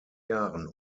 jahren